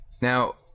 Now